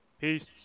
Peace